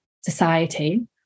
society